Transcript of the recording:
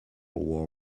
war